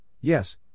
Yes